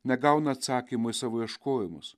negauna atsakymų į savo ieškojimus